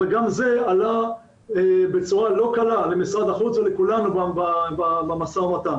אבל גם זה עלה בצורה לא קלה למשרד החוץ ולכולנו במשא ומתן.